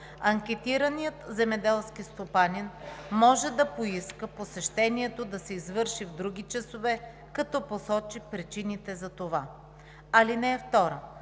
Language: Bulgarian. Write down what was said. Анкетираният земеделски стопанин може да поиска посещението да се извърши в други часове, като посочи причините за това. (2)